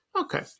Okay